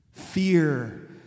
Fear